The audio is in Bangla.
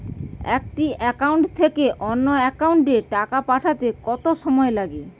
একটি একাউন্ট থেকে অন্য একাউন্টে টাকা পাঠাতে কত সময় লাগে?